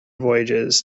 voyages